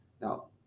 now